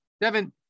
Devin